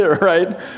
right